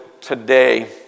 today